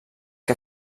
que